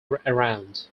around